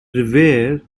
revere